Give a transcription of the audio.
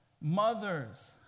mothers